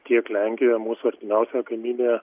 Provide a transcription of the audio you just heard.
kiek lenkijoje mūsų artimiausioje kaimynėje